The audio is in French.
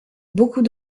beaucoup